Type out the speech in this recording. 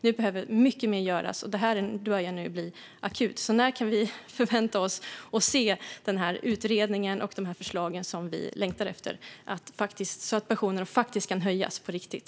Nu behöver mycket mer göras. Det börjar nu bli akut. När kan vi förvänta oss att se utredningen och förslagen som vi längtar efter så att pensionerna kan höjas på riktigt?